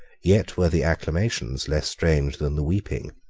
yet were the acclamations less strange than the weeping.